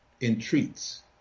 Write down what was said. entreats